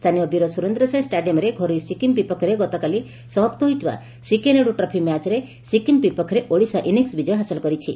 ସ୍ଥାନୀୟ ବୀର ସୁରେନ୍ର ସାଏ ଷ୍ଟାଡିୟମ୍ରେ ଘରୋଇ ସିକ୍କିମ୍ ବିପକ୍ଷରେ ଗତକାଲି ସମାପ୍ତ ହୋଇଥିବା ସିକେ ନାୟୁଡୁ ଟ୍ରଫି ମ୍ୟାଚ୍ରେ ସିକ୍କିମ ବିପକ୍ଷରେ ଓଡ଼ିଶା ଇନିଂସ ବିଜୟ ହାସଲ କରିଛି